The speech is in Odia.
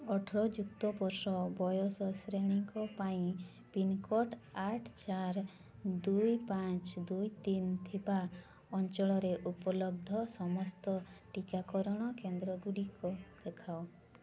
ଅଠର ଯୁକ୍ତ ବର୍ଷ ବୟସ ଶ୍ରେଣୀଙ୍କ ପାଇଁ ପିନ୍କୋଡ଼୍ ଆଠ ଚାରି ଦୁଇ ପାଞ୍ଚ ଦୁଇ ତିନି ଥିବା ଅଞ୍ଚଳରେ ଉପଲବ୍ଧ ସମସ୍ତ ଟିକାକରଣ କେନ୍ଦ୍ର ଗୁଡ଼ିକ ଦେଖାଅ